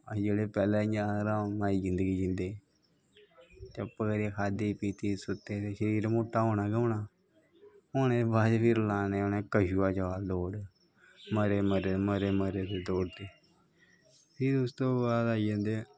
जेह्के पैह्लै इयां हराम दी जिन्दगी जींदे चुप्प करियै खाद्दी पीती ते शरीर मुट्टा होना गै होना ओह्दै बाद उनै लानी कशुआ चाल दौड़ मरे मरे दे दौड़दे फिर उस तो बाद आई जंदे